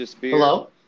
Hello